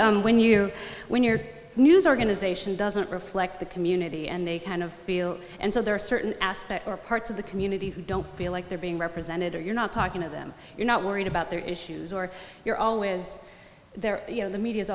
think when you when your news organization doesn't reflect the community and they kind of feel and so there are certain aspects or parts of the community who don't feel like they're being represented or you're not talking to them you're not worried about their issues or you're always there you know the media